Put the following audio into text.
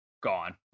gone